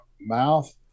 mouth